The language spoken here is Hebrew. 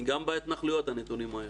וגם בהתנחלויות הנתונים האלה.